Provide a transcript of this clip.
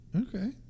Okay